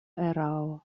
erao